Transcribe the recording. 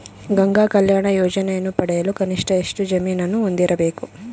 ಗಂಗಾ ಕಲ್ಯಾಣ ಯೋಜನೆಯನ್ನು ಪಡೆಯಲು ಕನಿಷ್ಠ ಎಷ್ಟು ಜಮೀನನ್ನು ಹೊಂದಿರಬೇಕು?